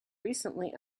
recently